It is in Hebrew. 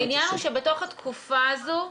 העניין הוא, שבתוך התקופה הזאת,